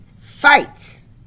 fights